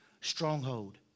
Stronghold